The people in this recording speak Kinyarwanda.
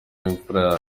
w’imfura